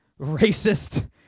racist